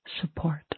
support